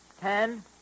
ten